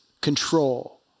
control